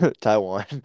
Taiwan